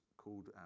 called